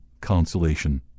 consolation